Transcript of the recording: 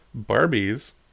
Barbies